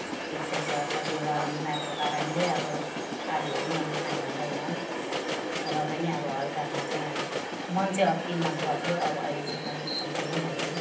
त्यस्तै कतिवटा बिमारको कारणले अब आलुहरू पनि मैले खानुहुँदैन र पनि अब हल्कामा चाहिँ अब मन चाहिँ अत्ति मनपर्थ्यो अब अहिले चाहिँ अलिक कम्ती नै खान्छु